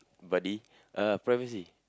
buddy uh privacy